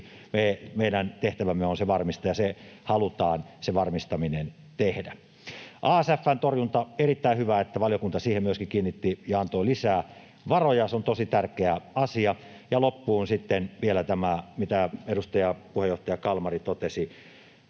meidän tehtävämme on se varmistaa, ja se varmistaminen halutaan tehdä. ASF:n torjunta: Erittäin hyvä, että valiokunta siihen myöskin kiinnitti huomiota ja antoi lisää varoja. Se on tosi tärkeä asia. Ja loppuun sitten vielä tämä, mitä edustaja, puheenjohtaja Kalmari totesi.